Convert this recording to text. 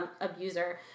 abuser